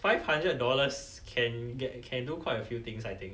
five hundred dollars can get can do quite a few things I think